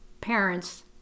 parents